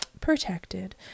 protected